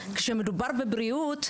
כשמדובר בבריאות,